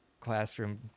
Classroom